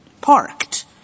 parked